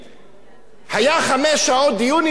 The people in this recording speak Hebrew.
היה דיון של חמש שעות אם להתיר את זה או לא.